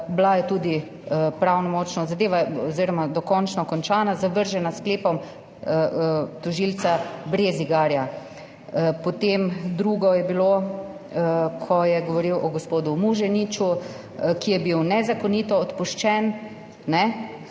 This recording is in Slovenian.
Bila je tudi pravnomočno dokončno končana, zavržena s sklepom tožilca Brezigarja. Potem drugo je bilo, ko je govoril o gospodu Muženiču, ki je bil nezakonito odpuščen.